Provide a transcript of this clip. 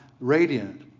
radiant